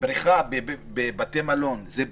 בריכה בבתי מלון זה פתוח,